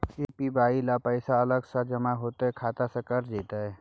APY ल पैसा अलग स जमा होतै या खाता स कैट जेतै?